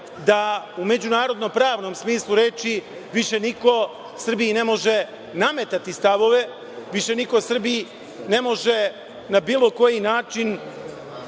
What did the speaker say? da u međunarodno-pravnom smislu reči više niko Srbiji ne može nametati stavove, više niko Srbiji ne može na bilo koji način